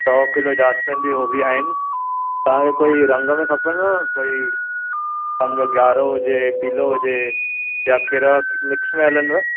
सौ किलो राशन जी उहो बि आहिनि तव्हांखे कोई रंग में खपंदव कोई समुझो ॻाढ़ो हुजे पीलो हुजे या कहिड़ा मिक्स में हलंदव